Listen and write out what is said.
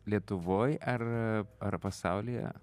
lietuvoj ar ar pasaulyje